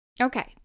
Okay